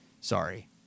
Sorry